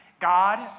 God